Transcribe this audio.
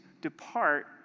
depart